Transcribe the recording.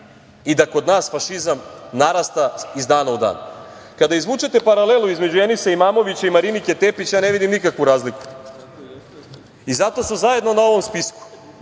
i da kod nas fašizam narasta iz dana u dan. Kada izvučete paralelu između Enisa Imamovića i Marinike Tepić, ja ne vidim nikakvu razliku i zato su zajedno na ovom spisku.